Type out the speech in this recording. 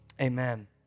amen